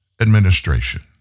administration